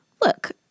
Look